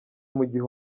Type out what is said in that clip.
mugihe